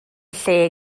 lle